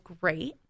great